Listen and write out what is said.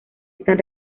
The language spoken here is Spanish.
están